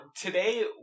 today